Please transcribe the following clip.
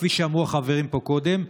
כפי שאמרו החברים פה קודם,